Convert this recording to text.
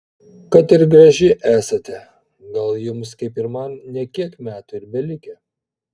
kad ir graži esate gal jums kaip ir man ne kiek metų ir belikę